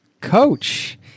Coach